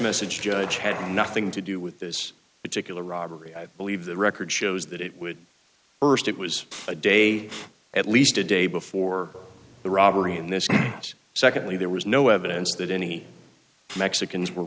message judge had nothing to do with this particular robbery i believe the record shows that it would st it was a day at least a day before the robbery and this secondly there was no evidence that any mexicans were